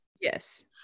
Yes